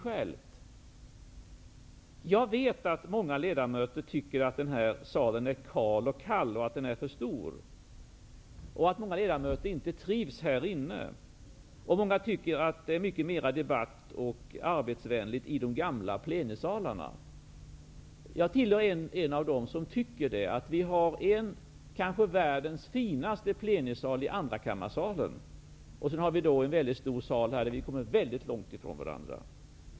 Jag vet att många ledamöter tycker att den här salen är kal och kall och för stor, och att de inte trivs här. Många tycker att det är mer debatt och arbetsvänligt i de gamla plenisalarna. Jag hör till dem som tycker att vi har en av världens finaste plenisalar i andrakammarsalen. Det här är en stor sal där vi kommer väldigt långt ifrån varandra.